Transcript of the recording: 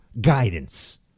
guidance